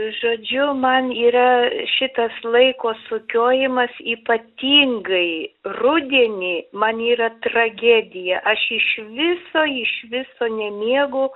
žodžiu man yra šitas laiko sukiojimas ypatingai rudenį man yra tragedija aš iš viso iš viso nemiegu